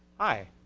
hi,